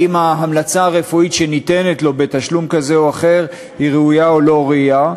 ההמלצה הרפואית שניתנת לו בתשלום כזה או אחר היא ראויה או לא ראויה?